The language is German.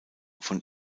von